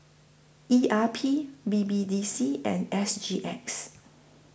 E R P B B D C and S G X